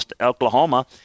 Oklahoma